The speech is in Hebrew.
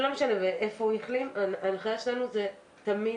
לא משנה היכן הוא החלים, ההנחיה שלנו היא תמיד